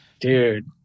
Dude